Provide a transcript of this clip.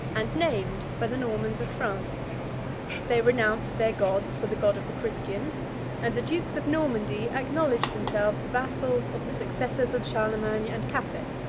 and named, by the normans of france they renounced their gods for the god of the christians and the dukes of normandy acknowledged themselves the vassals of the successors of charlemagne and capet.